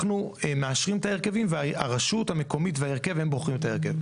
אנחנו מאשרים את ההרכבים והרשות המקומית וההרכב הם בוחרים את ההרכב.